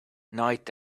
night